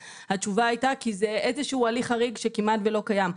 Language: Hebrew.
התשובה הייתה כי זה איזה שהוא הליך חריג שכמעט שלא קיים.